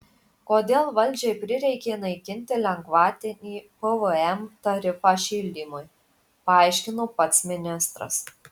kodėl valdžiai prireikė naikinti lengvatinį pvm tarifą šildymui paaiškino pats ministras